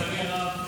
לצערי הרב,